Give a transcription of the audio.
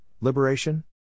liberation